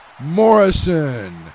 Morrison